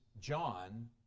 John